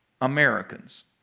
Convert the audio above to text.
Americans